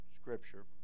scripture